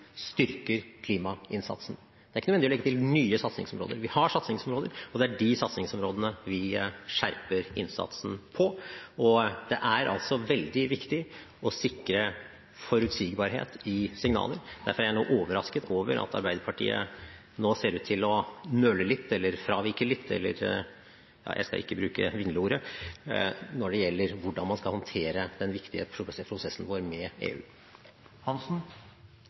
styrker klimainnsatsen. Det er ikke nødvendig å legge til nye satsingsområder. Vi har satsingsområder, det er de satsingsområdene vi skjerper innsatsen på, og det er altså veldig viktig å sikre forutsigbarhet i signaler. Derfor er jeg overrasket over at Arbeiderpartiet nå ser ut til å nøle litt, eller fravike litt – jeg skal ikke bruke vingle-ordet – når det gjelder hvordan man skal håndtere den viktige prosessen vår med